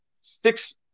Six